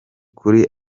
kuri